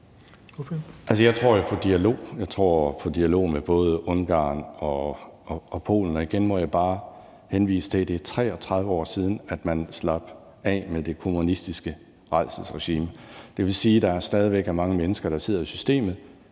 Jeg tror på dialog med både Ungarn og Polen, og igen må jeg bare henvise til, at det er 33 år siden, man slap af med det kommunistiske rædselsregime, og det vil sige, at der stadig væk er mange af de mennesker, der sidder i systemet,